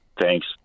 Thanks